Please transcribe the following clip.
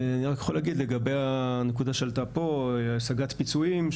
אני רק יכול להגיד לגבי הנקודה שעלתה פה על השגת פיצויים,